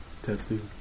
Testing